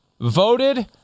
voted